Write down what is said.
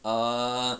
err